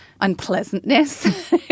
unpleasantness